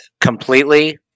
completely